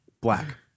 black